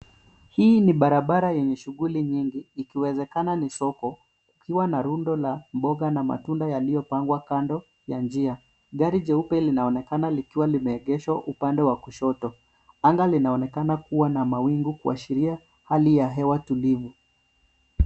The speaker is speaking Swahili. Hii ni barabara yenye shughuli nyingi ikiwezekana ni soko ikiwa na rundo la mboga na matunda yaliyopangwa kando ya njia. Gari jeupe linaonekana likiwa limeegeshwa upande wa kushoto. Anga linaonekana kuwa na mawingu kuashiria hali ya hewa tulivu.